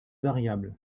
variable